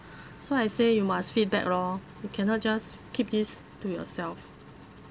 so I say you must feedback lor you cannot just keep this to yourself